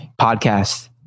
Podcast